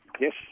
Yes